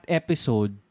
episode